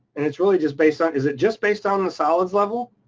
and it's really just based on. is it just based on the solids level?